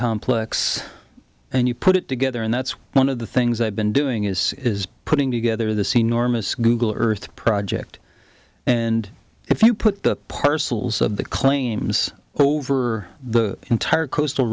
complex and you put it together and that's one of the things i've been doing is putting together this enormous google earth project and if you put the parcels of the claims over the entire coastal